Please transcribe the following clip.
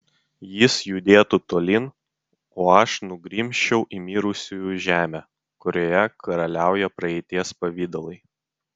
jis judėtų tolyn o aš nugrimzčiau į mirusiųjų žemę kurioje karaliauja praeities pavidalai